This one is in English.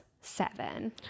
seven